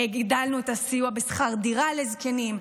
הגדלנו את הסיוע בשכר דירה לזקנים,